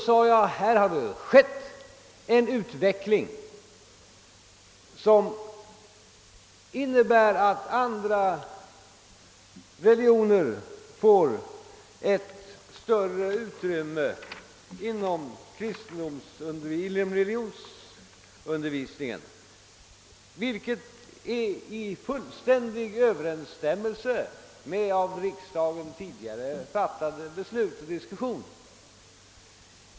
Det var då jag sade att här har skett en utveckling som innebär att andra religioner får ett större utrymme inom religionsundervisningen, vilket står i fullständig överensstämmelse med riksdagens tidigare fattade beslut.